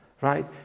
right